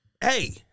Hey